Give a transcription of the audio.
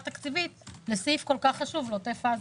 תקציבית לסעיף כל כך חשוב בעוטף עזה.